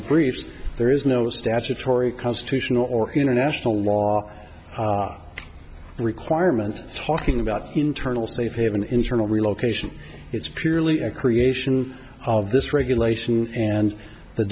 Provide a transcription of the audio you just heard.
briefs there is no statutory constitutional or international law requirement talking about internal safehaven internal relocation it's purely a creation of this regulation and the